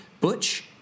Butch